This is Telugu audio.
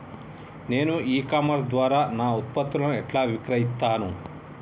నేను ఇ కామర్స్ ద్వారా నా ఉత్పత్తులను ఎట్లా విక్రయిత్తను?